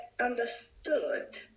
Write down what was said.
understood